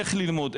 איך ללמוד,